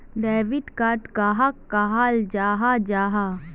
Debit card कहाक कहाल जाहा जाहा?